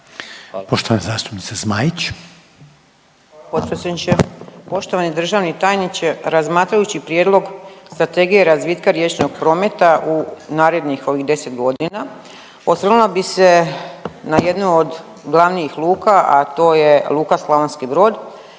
poštovani državni tajniče. Razmatrajući Prijedlog Strategije razvitka riječnog prometa u narednih ovih 10 godina, osvrnula bih se na jednu od glavnih luka, a to je Luka Slavonski Brod